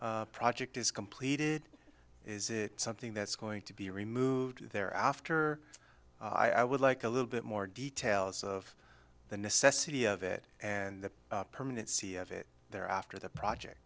the project is completed is something that's going to be removed there after i would like a little bit more details of the necessity of it and the permanency of it there after the project